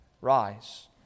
Rise